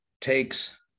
takes